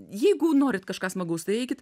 jeigu norit kažką smagaus tai eikit